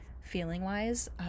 feeling-wise